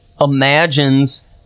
imagines